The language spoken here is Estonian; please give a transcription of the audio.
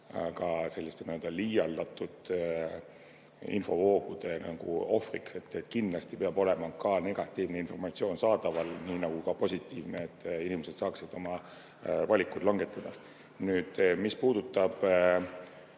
võib-olla liialdatud infovoogude ohvriks langemist. Kindlasti peab olema ka negatiivne informatsioon saadaval, nii nagu ka positiivne, et inimesed saaksid oma valikud langetada. Nüüd, mis puudutab